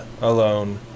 alone